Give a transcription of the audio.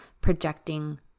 projecting